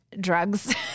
drugs